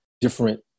different